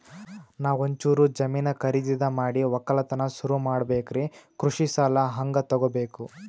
ನಾ ಒಂಚೂರು ಜಮೀನ ಖರೀದಿದ ಮಾಡಿ ಒಕ್ಕಲತನ ಸುರು ಮಾಡ ಬೇಕ್ರಿ, ಕೃಷಿ ಸಾಲ ಹಂಗ ತೊಗೊಬೇಕು?